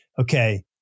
okay